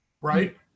right